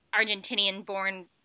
Argentinian-born